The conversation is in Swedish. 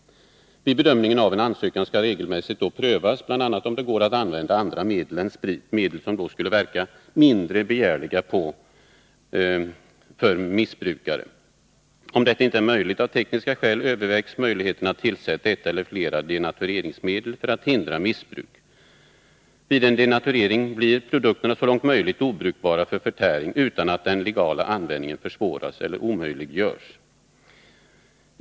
Vid bedömningen av en ansökan skall regelmässigt prövas bl.a. om det går att använda andra medel än sprit — medel som då skulle verka mindre begärliga för missbrukare. Om detta inte är möjligt av tekniska skäl, övervägs möjligheten att tillsätta ett eller flera denatureringsmedel för att hindra missbruk. Vid en denaturering blir produkterna så långt möjligt obrukbara för förtäring, utan att den legala användningen försvåras eller omöjliggörs.